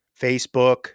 Facebook